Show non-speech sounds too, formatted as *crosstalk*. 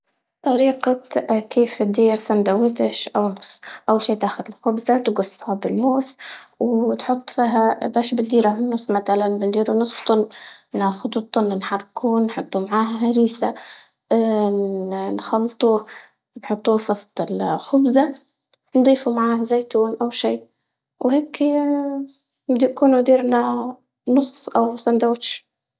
طريقة كيف تدير ساندويتش أو نص أو شي ناخذ الخبزة تقصها بالموس، وتحط فيها باش بتدير متلا نديروا طن ناخد الطن نحركه ونحط معاه هريسة *hesitation* ن- نخلطه نحطوه في وسط الخبزة، نضيفوا معاه زيتون أو شي، وهيكي ديكون ديرنا نص أو ساندويتش.